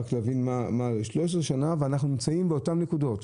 13 שנים ואנחנו נמצאים באותן נקודות.